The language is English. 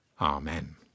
Amen